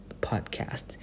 podcast